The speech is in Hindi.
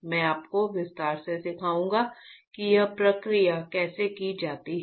मैं आपको विस्तार से सिखाऊंगा कि यह प्रक्रिया कैसे की जाती है